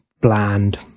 bland